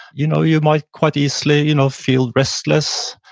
you know you might quite easily you know feel restless,